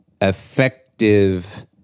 effective